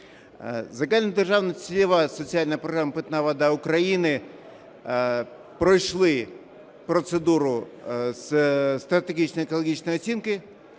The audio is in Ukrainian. Загальнодержавна цільова соціальна програма "Питна вода України": пройшли процедуру зі стратегічної екологічної оцінки,